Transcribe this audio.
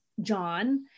John